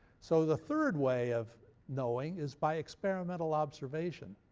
so the third way of knowing is by experimental observation.